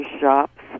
shops